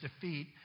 defeat